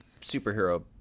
superhero